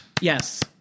yes